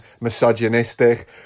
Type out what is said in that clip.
misogynistic